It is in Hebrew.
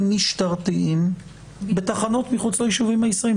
משטרתיים בתחנות מחוץ ליישובים הישראלים,